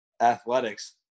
athletics